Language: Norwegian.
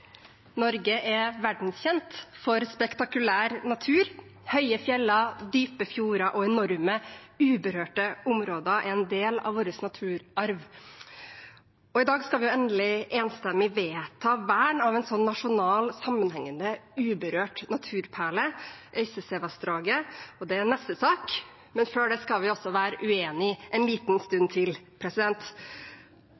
Norge er verdenskjent for spektakulær natur. Høye fjell, dype fjorder og enorme, uberørte områder er en del av vår naturarv. I dag skal vi endelig enstemmig vedta vern av en slik nasjonal, sammenhengende uberørt naturperle, Øystesevassdraget. Det er neste sak, men før det skal vi altså være uenige en liten